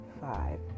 five